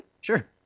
Sure